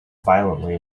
violently